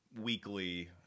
weekly